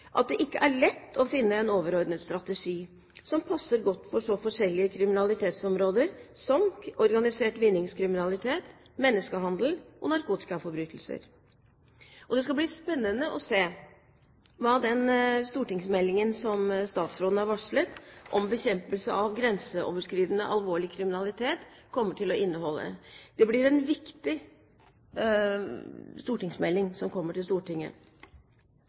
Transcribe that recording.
at det ikke er lett å finne en overordnet strategi som passer godt for så forskjellige kriminalitetsområder som organisert vinningskriminalitet, menneskehandel og narkotikaforbrytelser. Det skal bli spennende å se hva den stortingsmeldingen om bekjempelse av grenseoverskridende alvorlig kriminalitet som statsråden har varslet, kommer til å inneholde. Det blir en viktig stortingsmelding som kommer til Stortinget.